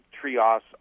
trios